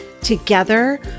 Together